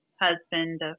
husband